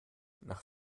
nach